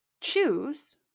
choose